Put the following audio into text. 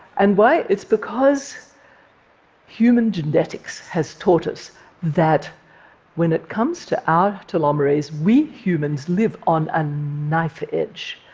and why? it's because human genetics has taught us that when it comes to our telomerase, we humans live on a knife edge.